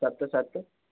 सत सत